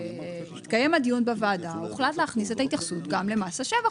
כשהתקיים הדיון בוועדה הוחלט להכניס את ההתייחסות גם למס השבח.